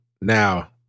Now